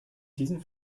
diesen